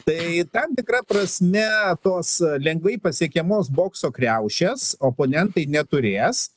tai tam tikra prasme tos lengvai pasiekiamos bokso kriaušės oponentai neturės